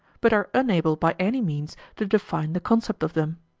but are unable by any means to define the concept of them.